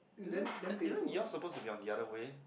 this one this one you all supposed to be on the other way